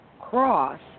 cross